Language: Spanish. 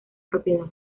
propiedad